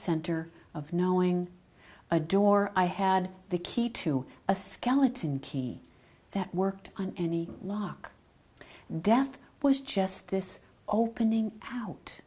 center of knowing a door i had the key to a skeleton key that worked on any lock death was just this opening out